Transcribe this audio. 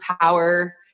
power